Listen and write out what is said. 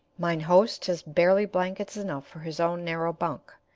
mine host has barely blankets enough for his own narrow bunk,